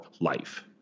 life